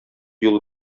юлы